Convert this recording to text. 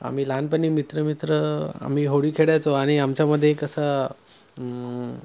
आम्ही लहानपनी मित्र मित्र आम्ही होळी खेळायचो आणि आमच्यामध्ये कसा